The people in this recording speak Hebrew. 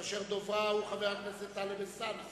כאשר דוברה הוא חבר הכנסת טלב אלסאנע,